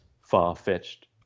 far-fetched